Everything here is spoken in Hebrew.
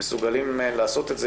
הם מסוגלים לעשות את זה.